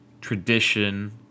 tradition